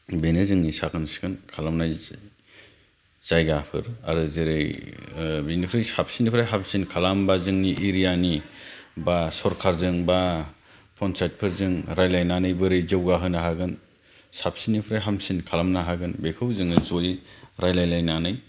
बेनो जोंनि साखोन सिखोन खालामनाय जायगाफोर आरो जेरै बिनिख्रुइ साबसिननिफ्राय हामसिन खालामनोबा जोंनि एरियानि बा सरखारजों बा पन्सायतफोरजों रायलायनानै बोरै जौगाहोनो हागोन साबसिन्निफ्राय हामसिन खालामनो हागोन बेखौ जोङो जयै रायलायलायनानै